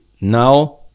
now